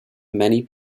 many